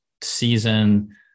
season